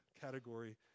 category